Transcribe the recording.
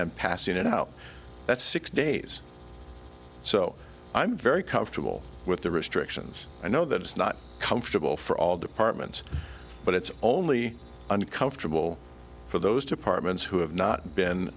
and passing it out that's six days so i'm very comfortable with the restrictions i know that it's not comfortable for all departments but it's only uncomfortable for those departments who have not been